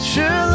Sure